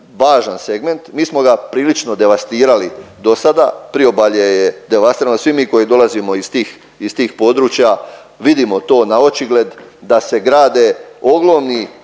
važan segment, mi smo ga prilično devastirali do sada. Priobalje je devastirano. Svi mi koji dolazimo iz tih, iz tih područja vidimo to na očigled da se grade ogromni